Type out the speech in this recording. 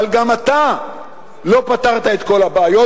אבל גם אתה לא פתרת את כל הבעיות,